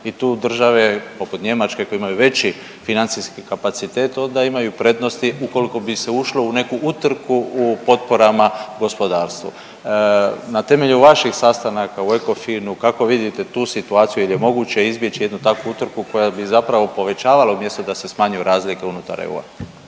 I tu države poput Njemačke koje imaju veći financijski kapacitet, onda imaju prednosti ukoliko bi se ušlo u neku utrku u potporama gospodarstvu. Na temelju vaših sastanaka u ECOFIN-u kako vidite tu situaciju, jel' je moguće izbjeći jednu takvu utrku koja bi zapravo povećavala umjesto da se smanjuju razlike unutar EU-a.